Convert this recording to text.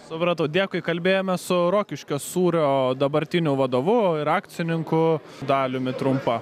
supratau dėkui kalbėjome su rokiškio sūrio dabartiniu vadovu ir akcininku daliumi trumpa